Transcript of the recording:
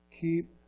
Keep